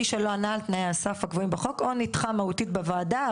מי שלא ענה על תנאי הסף הקבועים בחוק או נדחה מהותית בוועדה.